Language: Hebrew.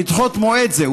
לדחות מועד זה,